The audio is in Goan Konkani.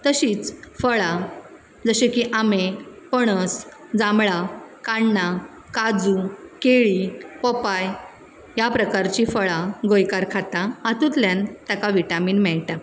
तशींच फळां जशे की आंबे पणस जांबळां काण्णां काजू केळीं पोपाय ह्या प्रकारचीं फळां गोंयकार खाता हातूंतल्यान ताका विटामीन मेळटा